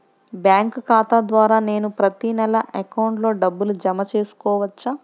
Bank ఖాతా ద్వారా నేను ప్రతి నెల అకౌంట్లో డబ్బులు జమ చేసుకోవచ్చా?